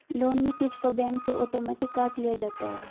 loan में क़िस्त को बैंक से आटोमेटिक काट लिया जाता है